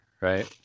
right